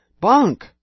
Bunk